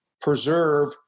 preserve